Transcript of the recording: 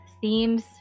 themes